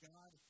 God